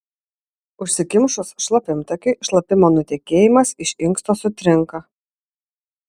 užsikimšus šlapimtakiui šlapimo nutekėjimas iš inksto sutrinka